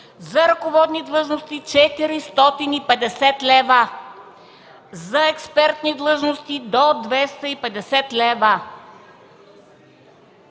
за ръководни длъжности – 450 лв.; за експертни длъжности – до 250 лв.